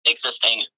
existing